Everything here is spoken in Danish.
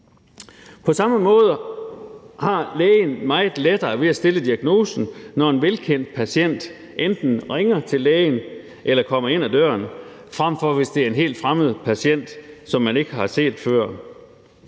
På samme måde har lægen meget lettere ved at stille diagnosen, når en velkendt patient enten ringer til lægen eller kommer ind ad døren, frem for det er en helt fremmed patient, som man ikke har set før.